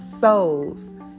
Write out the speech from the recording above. Souls